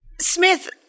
Smith